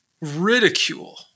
ridicule